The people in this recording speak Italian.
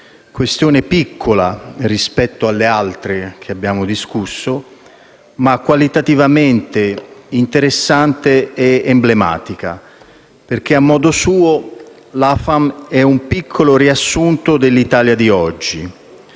questione piccola rispetto alle altre che abbiamo discusso, ma qualitativamente interessante ed emblematica perché, a modo suo, l'AFAM è un piccolo riassunto dell'Italia di oggi.